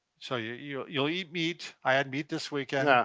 so you'll you'll eat meat, i had meat this weekend,